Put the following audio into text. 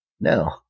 no